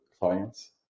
clients